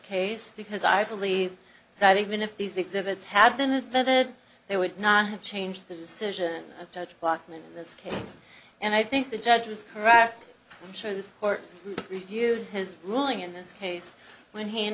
case because i believe that even if these exhibits had been admitted they would not have changed the decision of judge blackman in this case and i think the judge was correct i'm sure this court review his ruling in this case when han